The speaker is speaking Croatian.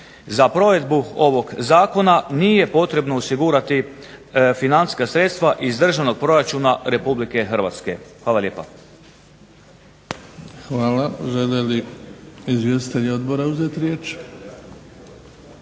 Za provedbu ovog zakona nije potrebno osigurati financijska sredstva iz državnog proračuna Republike Hrvatske. Hvala lijepa. **Bebić, Luka (HDZ)** Hvala. Žele li izvjestitelji odbora uzeti riječ?